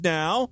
now